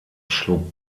schlug